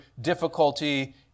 difficulty